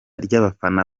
ry’abafana